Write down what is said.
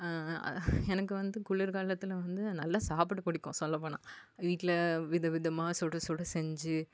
எனக்கு வந்து குளிர் காலத்தில் வந்து நல்லா சாப்பிட பிடிக்கும் சொல்லப்போனால் வீட்டில வித விதமாக சுட சுட செஞ்சு